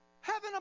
heaven